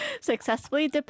successfully